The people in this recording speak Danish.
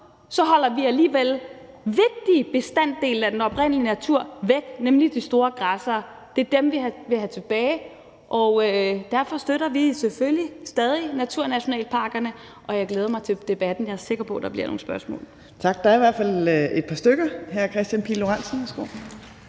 holder vi alligevel vigtige bestanddele af den oprindelige natur væk, nemlig de store græssere. Det er dem, vi vil have tilbage. Og derfor støtter vi selvfølgelig stadig naturnationalparkerne, og jeg glæder mig til debatten. Jeg er sikker på, at der bliver nogle spørgsmål. Kl. 12:35 Tredje næstformand (Trine Torp):